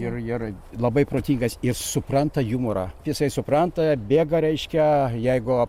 ir ir labai protingas ir supranta jumorą jisai supranta bėga reiškia jeigu